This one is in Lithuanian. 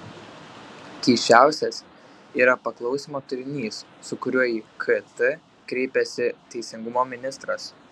keisčiausias yra paklausimo turinys su kuriuo į kt kreipiasi teisingumo ministras